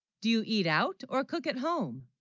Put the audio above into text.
do you eat out or cook at home